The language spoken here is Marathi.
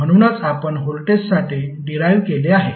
म्हणूनच आपण व्होल्टेजसाठी डिराईव केले आहे